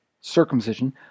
circumcision